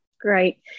Great